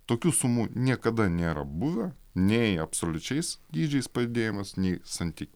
tokių sumų niekada nėra buvę nei absoliučiais dydžiais padidėjimas nei santy